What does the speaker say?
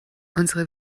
unsere